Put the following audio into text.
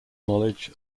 knowledge